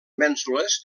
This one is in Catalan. mènsules